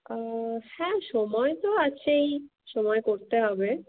হ্যাঁ সময় তো আছেই সময় করতে হবে